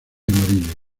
amarillo